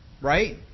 right